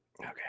Okay